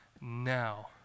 now